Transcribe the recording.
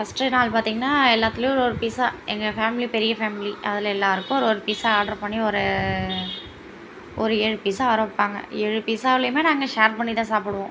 first நாள் பார்த்தீங்கனா எல்லாத்திலையும் ஒரு ஒரு பீஸா எங்கள் ஃபேமிலி பெரிய ஃபேமிலி அதில் எல்லோருக்கும் ஒரு ஒரு பீஸா ஆர்ட்ரு பண்ணி ஒரு ஒரு ஏழு பீஸா வரவைப்பாங்க ஏழு பீஸாவுலையுமே நாங்கள் ஷேர் பண்ணி தான் சாப்பிடுவோம்